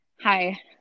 Hi